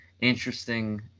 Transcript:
interesting